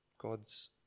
God's